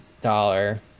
dollar